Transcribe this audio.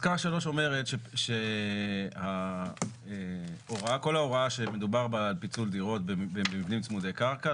פיסקה 3 אומרת שכל הוראה שמדובר בה על פיצול דירות ומבנים צמודי קרקע,